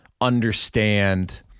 understand